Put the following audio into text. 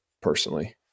personally